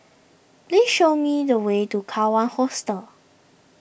please show me the way to Kawan Hostel